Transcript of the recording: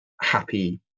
happy